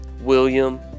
William